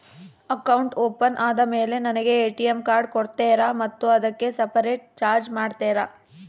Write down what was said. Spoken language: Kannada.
ಅಕೌಂಟ್ ಓಪನ್ ಆದಮೇಲೆ ನನಗೆ ಎ.ಟಿ.ಎಂ ಕಾರ್ಡ್ ಕೊಡ್ತೇರಾ ಮತ್ತು ಅದಕ್ಕೆ ಸಪರೇಟ್ ಚಾರ್ಜ್ ಮಾಡ್ತೇರಾ?